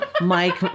Mike